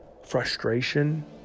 frustration